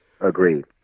Agreed